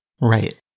Right